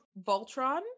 voltron